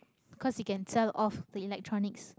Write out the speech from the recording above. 'cause he can sell off the electronics